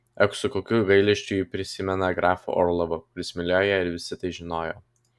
ak su kokiu gailesčiu ji prisimena grafą orlovą kuris mylėjo ją ir visi tai žinojo